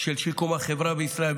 של שיקום החברה בישראל.